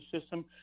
system